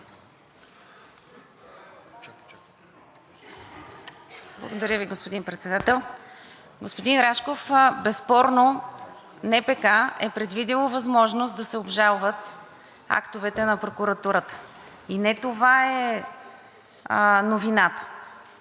Благодаря Ви, господин Председател. Господин Рашков, безспорно НПК е предвидило възможност да се обжалват актовете на прокуратурата. И не това е новината.